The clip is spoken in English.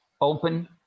open